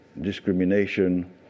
Discrimination